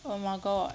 oh my god